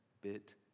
bit